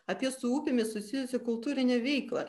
apie su upėmis susijusią kultūrinę veiklą